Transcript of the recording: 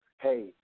hey